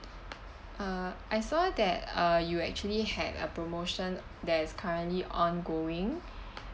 uh I saw that uh you actually had a promotion that is currently ongoing